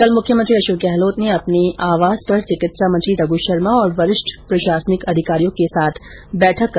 कल मुख्यमंत्री अशोक गहलोत ने अपने आवास पर चिकित्सा मंत्री रघ् शर्मा और वरिष्ठ प्रशासनिक अधिकारियों के साथ बैठक की